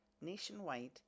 nationwide